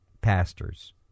pastors